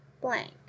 blank